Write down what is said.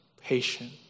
patient